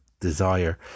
desire